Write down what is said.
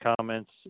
comments